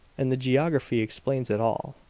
and the geography explains it all.